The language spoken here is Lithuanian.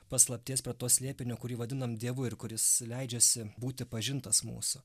paslapties prie to slėpinio kurį vadinam dievu ir kuris leidžiasi būti pažintas mūsų